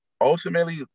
ultimately